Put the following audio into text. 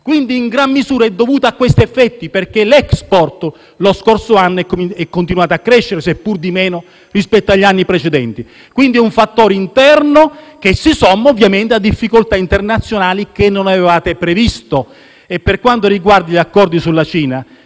quindi, la recessione è dovuta a questi effetti, perché l'*export* lo scorso anno ha continuato a crescere, seppure meno rispetto agli anni precedenti. Si tratta quindi di un fattore interno che si somma ovviamente a difficoltà internazionali che non avevate previsto. Per quanto riguarda gli accordi sulla Cina,